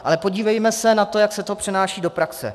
Ale podívejme se na to, jak se to přenáší do praxe.